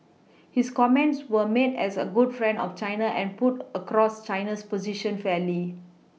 his comments were made as a good friend of China and put across China's position fairly